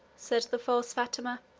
said the false fatima.